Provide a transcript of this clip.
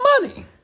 money